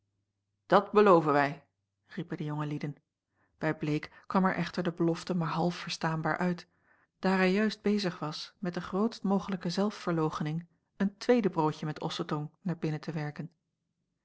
dat beloven wij riepen de jonge lieden bij bleek kwam er echter de belofte maar half verstaanbaar uit daar hij juist bezig was met de grootst mogelijke zelfverloochening een tweede broodje met ossetong naar binnen te werken